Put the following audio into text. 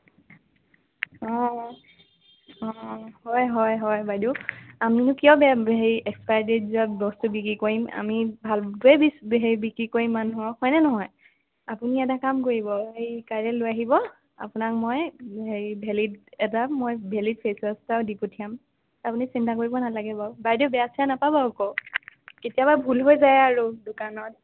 অঁ অঁ হয় হয় বাইদেউ আমিনো কিয় হেৰি এক্সপায়েৰি ডেট যোৱা বস্তু বিক্ৰী কৰিম আমি ভালটোৱে হেৰি বিক্ৰী কৰিম মানুহক হয় নে নহয় আপুনি এটা কাম কৰিব হেৰি কাইলে লৈ আহিব আপোনাক মই হেৰি ভেলিড এটা মই ভেলিড ফেচ ৱাশ্ব এটাও দি পঠিয়াম আপুনি চিন্তা কৰিব নালাগে বাৰু বাইদেউ বেয়া চেয়া নাপাব আক কেতিয়াবা ভুল হৈ যায় আৰু দোকানত